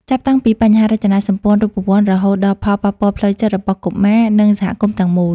ចាប់តាំងពីបញ្ហារចនាសម្ព័ន្ធរូបវន្ត រហូតដល់ផលប៉ះពាល់ផ្លូវចិត្តរបស់កុមារ និងសហគមន៍ទាំងមូល។